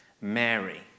Mary